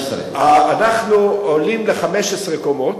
15. אנחנו עולים ל-15 קומות.